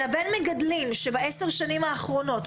אלא בין מגדלים שבעשר השנים האחרונות,